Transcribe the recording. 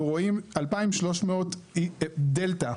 אנחנו רואים 2,300 דלתא,